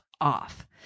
off